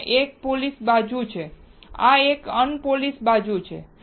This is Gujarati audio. આ પોલિશ્ડ બાજુ છે અને આ અનપોલિશ્ડ બાજુ છે